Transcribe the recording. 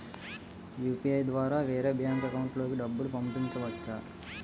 UPI ద్వారా వేరే bank account లోకి డబ్బులు పంపించవచ్చా?